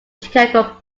chicago